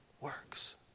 works